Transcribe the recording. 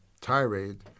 tirade